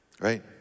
right